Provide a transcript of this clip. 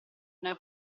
una